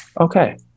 okay